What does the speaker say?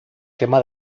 quema